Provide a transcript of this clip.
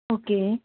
okay